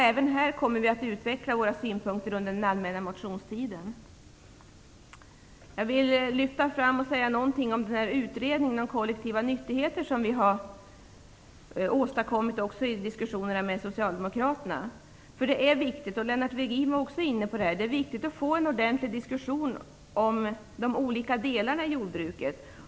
Även här kommer vi att utveckla våra synpunkter under den allmänna motionstiden. Jag vill också säga några ord om utredningen om kollektiva nyttigheter som har tillsatts efter samråd med Socialdemokraterna. Det är viktigt - Ivar Virgin nämnde också detta - att få en ordentlig diskussion om de olika delarna i jordbruket.